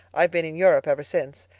i've been in europe ever since.